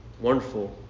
wonderful